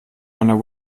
einer